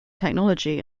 technology